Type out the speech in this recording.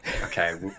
okay